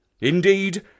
Indeed